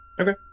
okay